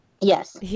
Yes